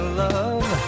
love